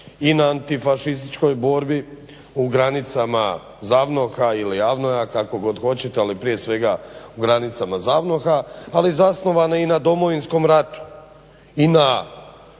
i na antifašističkoj borbi u granicama ZAVNOH-a ili AVNOJ-a kako god hoćete ali prije svega u granicama ZAVNOH-a ali zasnovana i na Domovinskom ratu